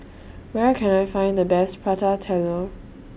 Where Can I Find The Best Prata Telur